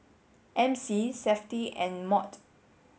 M C SAFTI and MOT